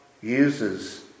uses